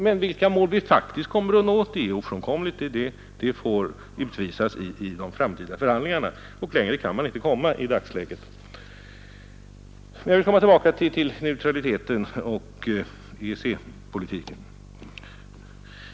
Men vilka mål vi faktiskt når får de framtida förhandlingarna utvisa. Längre kan man inte komma i dagsläget. Jag vill komma tillbaka till neutraliteten och EEC-politiken.